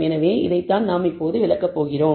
எனவே இதைத்தான் நாம் இப்போது விளக்கப் போகிறோம்